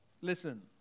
listen